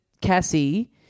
Cassie